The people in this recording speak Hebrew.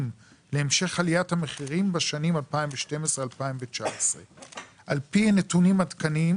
להמשך עליית המחירים בשנים 2019-2012. על פי נתונים עדכניים